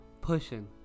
pushing